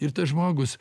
ir tas žmogus